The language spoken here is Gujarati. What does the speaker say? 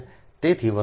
તેથી વસ્તુઓ સરળ છે